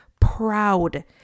proud